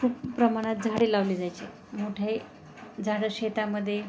खूप प्रमाणात झाडे लावले जायचे मोठे झाडं शेतामध्ये